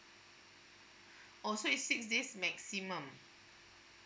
oh so is six days maximum